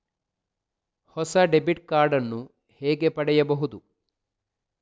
ಹೊಸ debit card ನ್ನು ಹೇಗೆ ಪಡೆಯುದು?